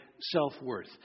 self-worth